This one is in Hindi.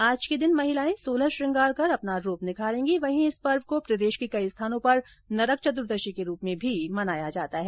आज के दिन महिलाएं सोलह श्रंगार कर अपना रूप निखारेंगी वहीं इस पर्व को प्रदेश के कई स्थानों पर नरक चत्दर्शी के रूप में भी मनाया जाता है